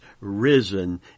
risen